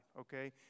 okay